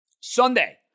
Sunday